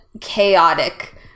chaotic